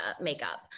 makeup